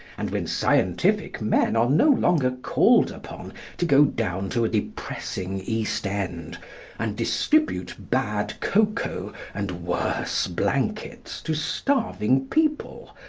and when scientific men are no longer called upon to go down to a depressing east end and distribute bad cocoa and worse blankets to starving people,